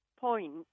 point